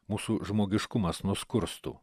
mūsų žmogiškumas nuskurstų